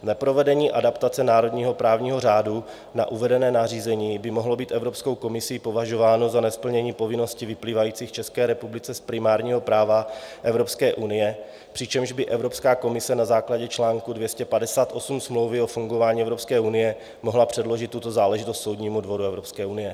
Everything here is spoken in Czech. Neprovedení adaptace národního právního řádu na uvedené nařízení by mohlo být Evropskou komisí považováno za nesplnění povinností vyplývajících České republice z primárního práva Evropské unie, přičemž by Evropská komise na základě čl. 258 smlouvy o fungování Evropské unie mohla předložit tuto záležitost Soudnímu dvoru Evropské unie.